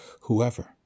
whoever